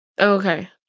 Okay